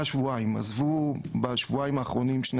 עזבו בשבועיים האחרונים את שירות המדינה